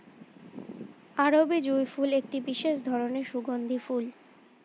আরবি জুঁই ফুল একটি বিশেষ ধরনের সুগন্ধি ফুল